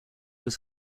was